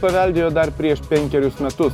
paveldėjo dar prieš penkerius metus